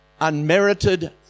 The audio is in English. unmerited